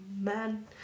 man